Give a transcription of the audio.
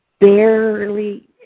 barely